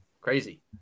Crazy